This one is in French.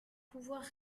pouvoir